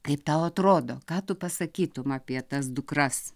kaip tau atrodo ką tu pasakytum apie tas dukras